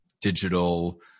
digital